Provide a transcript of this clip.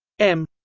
m